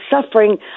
suffering